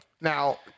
Now